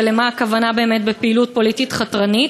ולמה הכוונה, באמת, בפעילות פוליטית חתרנית?